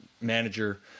manager